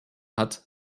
hat